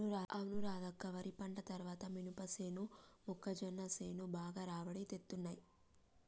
అవును రాధక్క వరి పంట తర్వాత మినపసేను మొక్కజొన్న సేను బాగా రాబడి తేత్తున్నయ్